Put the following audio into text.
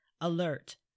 alert